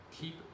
Keep